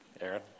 Aaron